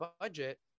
budget